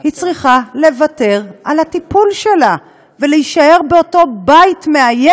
היא צריכה לוותר על הטיפול שלה ולהישאר באותו בית מאיים.